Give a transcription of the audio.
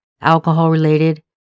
alcohol-related